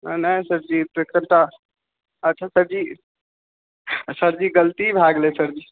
नहि सर जी कनिटा अच्छा सर जी सर जी गलती भए गेलै सर जी